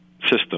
system